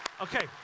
Okay